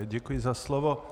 Děkuji za slovo.